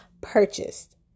purchased